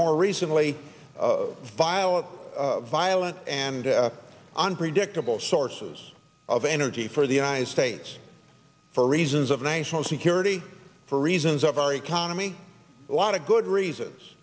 more recently violent violent and unpredictable sources of energy for the united states for reasons of national security for reasons of our economy a lot of good reasons